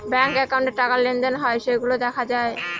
bank একাউন্টে টাকা লেনদেন হয় সেইগুলা দেখা যায়